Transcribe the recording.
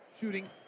Shooting